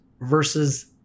versus